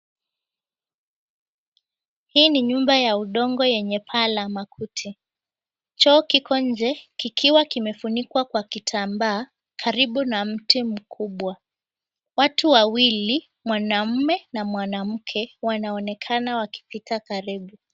Hii ni nyumba ya udongo yenye paa la makuti, choo kiko nje, kikiwa kimefunikwa kwa kitambaa karibu na mti mkubwa. Watu wawili mwanamme na mwanamke wanaonekana wakipita karibu.